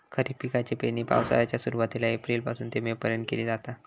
खरीप पिकाची पेरणी पावसाळ्याच्या सुरुवातीला एप्रिल पासून ते मे पर्यंत केली जाता